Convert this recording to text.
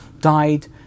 died